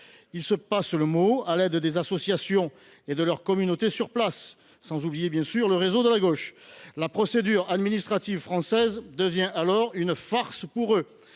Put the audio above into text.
se passent le mot, à l’aide des associations et de leur communauté sur place, sans oublier évidemment le réseau de la gauche. La procédure administrative française devient alors une farce pour eux.